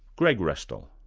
greg restall.